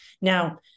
Now